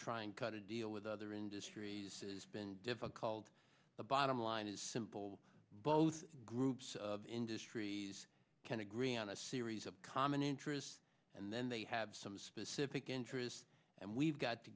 try and cut a deal with other industries has been difficult the bottom line is simple both groups of industries can agree on a series of common interests and then they have some specific interests and we've got to